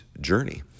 journey